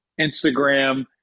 Instagram